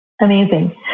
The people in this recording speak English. Amazing